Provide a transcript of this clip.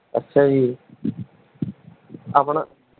ਅੱਛਾ ਜੀ ਆਪਣਾ